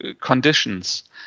conditions